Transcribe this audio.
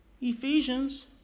Ephesians